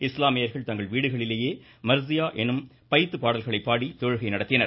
இஸ்லாமியர்கள் தங்கள் வீடுகளிலேயே மர்சியா என்னும் பயித்து பாடல்களை பாடி தொழுகை நடத்தினர்